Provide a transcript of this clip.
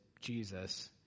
Jesus